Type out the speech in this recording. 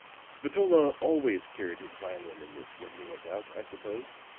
spatola always carried his violin in this when he went out, i suppose?